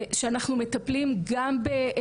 וזה מטפל בכל טווח הפגיעות ברשת,